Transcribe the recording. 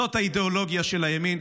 זאת האידיאולוגיה של הימין,